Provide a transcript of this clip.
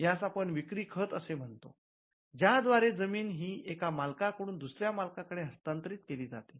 यास आपण 'विक्री खत' असे म्हणतो ज्या द्वारे जमिन ही एका मालकांकडून दुसऱ्या मालका कडे हस्तांतरीत केली जाते